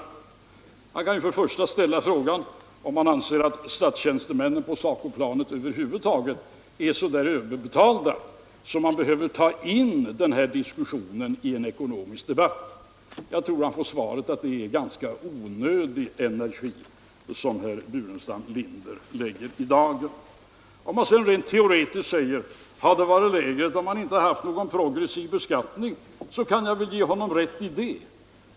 Herr Burenstam Linder kan ju först ställa frågan till honom, om han anser att tjänstemännen på SACO-planet över huvud taget är så överbetalda att den här diskussionen skall behöva tas in i en ekonomisk debatt. Jag tror att herr Burenstam Linder då får svaret att det är en ganska onödig energi som han lägger i dagen. Om man sedan rent teoretiskt frågar om lönen hade varit lägre, om man inte haft någon progressiv beskattning, kan jag väl ge honom rätt i det.